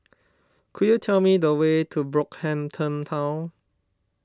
could you tell me the way to Brockhampton Town